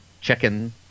chicken